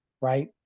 right